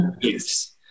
yes